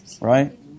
right